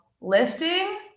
lifting